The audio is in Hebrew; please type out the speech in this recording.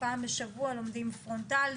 פעם בשבוע לומדים מרחוק.